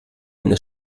eine